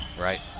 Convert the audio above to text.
Right